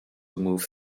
move